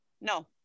No